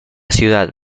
ciudad